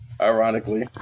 Ironically